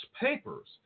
papers